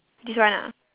this one ah